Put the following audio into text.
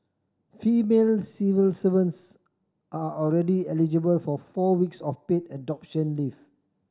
female civil servants are already eligible for four weeks of paid adoption leave